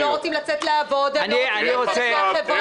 לא רוצים לצאת לעבוד והם לא רוצים להשתלב בחברה.